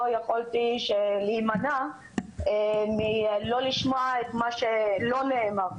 לא יכולתי להימנע מלא לשמוע את מה שלא נאמר.